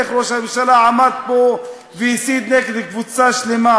איך ראש הממשלה עמד פה והסית נגד קבוצה שלמה,